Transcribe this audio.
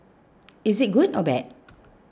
is it good or bad